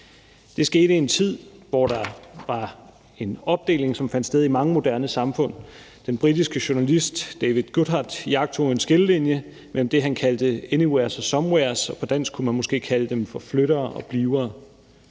Det skete i en tid, hvor der var en opdeling, som fandt sted i mange moderne samfund. Den britiske journalist David Goodhart iagttog en skillelinje mellem dem, han kaldte anywheres og somewheres – på dansk kunne man måske kalde dem for flyttere og blivere.